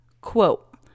Quote